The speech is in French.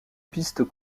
pistes